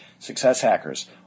successhackers